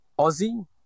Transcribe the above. Aussie